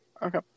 Okay